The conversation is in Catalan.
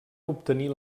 obtenir